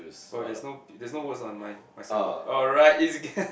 oh there's no there's no words on mine my signboard oh right it's